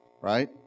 right